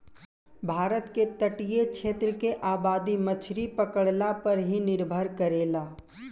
भारत के तटीय क्षेत्र के आबादी मछरी पकड़ला पर ही निर्भर करेला